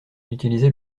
d’utiliser